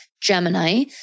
Gemini